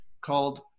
called